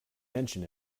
mention